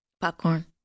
Popcorn